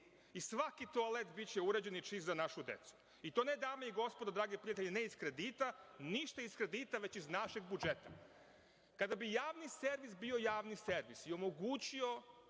i svaki toalet biće uređen i čist za našu decu, i to ne, dame i gospodo, dragi prijatelji, ne iz kredita, ništa iz kredita, već iz našeg budžeta. Kada bi javni servis bio javni servis i omogućio